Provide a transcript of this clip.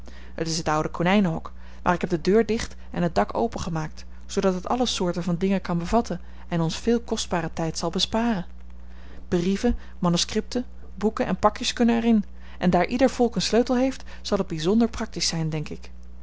het is het oude konijnenhok maar ik heb de deur dicht en het dak opengemaakt zoodat het alle soorten van dingen kan bevatten en ons veel kostbaren tijd zal besparen brieven manuscripten boeken en pakjes kunnen er in en daar ieder volk een sleutel heeft zal het bizonder practisch zijn denk ik